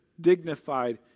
dignified